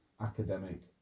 academic